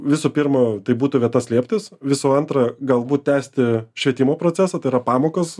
visų pirma tai būtų vieta slėptis visų antra galbūt tęsti švietimo procesą yra pamokas